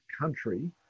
country